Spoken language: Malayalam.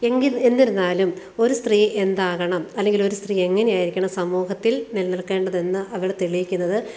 എങ്കിൽ എന്നിരുന്നാലും ഒരു സ്ത്രീ എന്താകണം അല്ലെങ്കിൽ ഒരു സ്ത്രീ എങ്ങനെയായിരിക്കണം സമൂഹത്തിൽ നിലനിൽക്കേണ്ടതെന്ന് അവൾ തെളിയിക്കുന്നത്